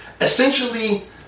essentially